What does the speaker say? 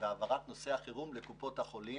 והעברת נושא החירום לקופות החולים.